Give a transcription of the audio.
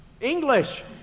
English